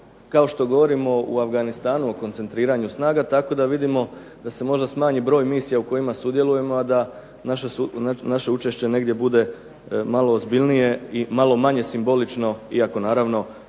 kao što govorimo o Afganistanu o koncentriranju snaga tako da vidimo da se smanji broj misija u kojima sudjelujemo a da naše učešće bude malo ozbiljnije i bude malo manje simbolično, iako naravno